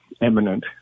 eminent